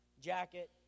jacket